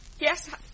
Yes